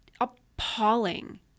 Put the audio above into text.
appalling